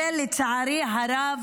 ולצערי הרב,